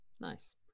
Nice